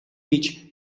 гэж